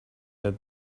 that